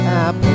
Apple